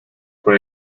por